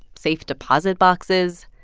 safe deposit boxes.